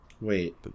Wait